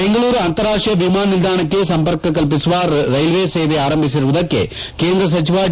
ಬೆಂಗಳೂರು ಅಂತಾರಾಷ್ಟೀಯ ವಿಮಾನ ನಿಲ್ದಾಣಕ್ಕೆ ಸಂಪರ್ಕ ಕಲ್ಲಿಸುವ ರೈಲು ಸೇವೆ ಆರಂಭಿಸಿರುವುದಕ್ಕೆ ಕೇಂದ್ರ ಸಚಿವ ಡಿ